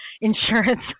insurance